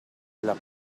della